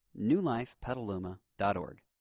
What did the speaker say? newlifepetaluma.org